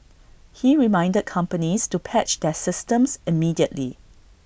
he reminded companies to patch their systems immediately